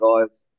guys